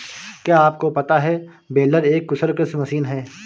क्या आपको पता है बेलर एक कुशल कृषि मशीन है?